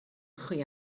chwi